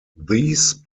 these